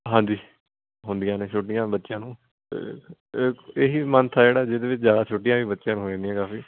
ਹਾਂਜੀ ਹੁੰਦੀਆਂ ਨੇ ਛੁੱਟੀਆਂ ਬੱਚਿਆਂ ਨੂੰ ਇਹੀ ਮੰਥ ਹੈ ਜਿਹੜਾ ਜਿਹਦੇ ਵਿੱਚ ਜ਼ਿਆਦਾ ਛੁੱਟੀਆਂ ਵੀ ਬੱਚਿਆਂ ਨੂੰ ਹੋ ਜਾਂਦੀਆਂ ਕਾਫ਼ੀ